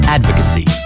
Advocacy